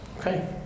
Okay